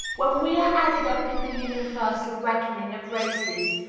when we are added up in the universal reckoning of races,